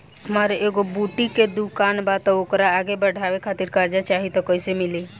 हमार एगो बुटीक के दुकानबा त ओकरा आगे बढ़वे खातिर कर्जा चाहि त कइसे मिली?